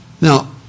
Now